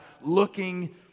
looking